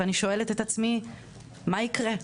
ואני שואלת את עצמי מה יקרה?